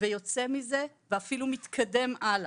יוצא מזה ואפילו מתקדם הלאה?